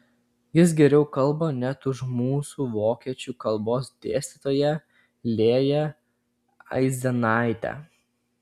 jis geriau kalba net už mūsų vokiečių kalbos dėstytoją lėją aizenaitę